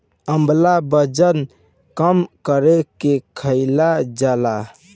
आंवला वजन कम करे में खाईल जाला